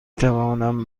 توانم